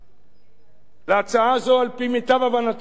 להצעה זו, על-פי מיטב הבנתי הבלתי-משפטית,